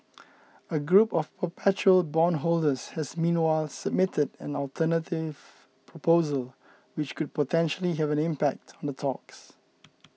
a group of perpetual bondholders has meanwhile submitted an alternative proposal which could potentially have an impact on the talks